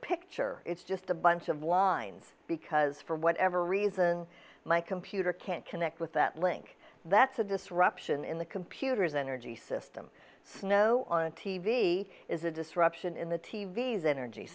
picture it's just a bunch of lines because for whatever reason my computer can't connect with that link that's a disruption in the computer's energy system snow on t v is a disruption in the t v s energy